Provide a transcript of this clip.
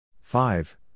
five